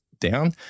down